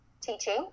Teaching